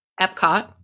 Epcot